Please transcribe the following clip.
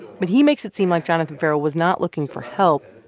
but he makes it seem like jonathan ferrell was not looking for help.